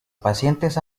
pacientes